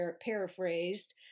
paraphrased